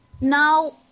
Now